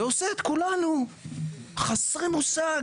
ועושה את כולנו חסרי מושג.